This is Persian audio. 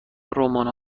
رمان